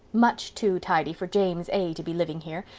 much too tidy for james a. to be living here,